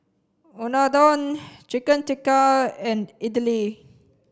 Unadon Chicken Tikka and Idili